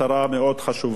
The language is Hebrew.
והוא סייע באמת,